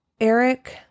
Eric